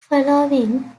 following